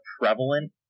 prevalent